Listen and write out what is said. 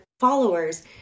Followers